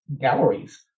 galleries